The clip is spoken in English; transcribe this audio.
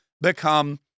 become